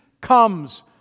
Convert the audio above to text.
comes